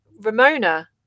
ramona